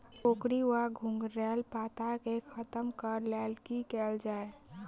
कोकरी वा घुंघरैल पत्ता केँ खत्म कऽर लेल की कैल जाय?